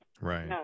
Right